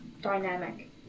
dynamic